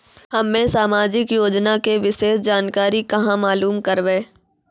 हम्मे समाजिक योजना के विशेष जानकारी कहाँ मालूम करबै?